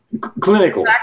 Clinical